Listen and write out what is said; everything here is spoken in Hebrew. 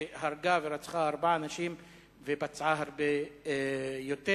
שהרגה ורצחה ארבעה אנשים ופצעה הרבה יותר,